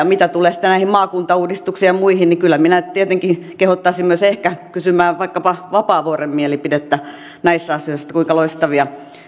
mitä tulee sitten näihin maakuntauudistuksiin ja muihin niin kyllä minä tietenkin kehottaisin ehkä kysymään myös vaikkapa vapaavuoren mielipidettä näissä asioissa että kuinka loistavia